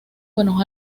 buenos